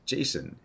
Jason